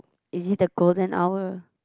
is it the golden hour